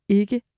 ikke